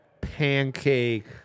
pancake